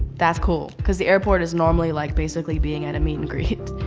that's cool. because the airport is normally like, basically being at a meet and greet,